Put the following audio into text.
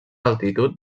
altitud